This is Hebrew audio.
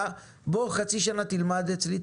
בוא תלמד אצלי חצי שנה,